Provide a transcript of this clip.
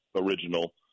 original